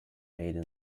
maiden